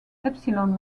epsilon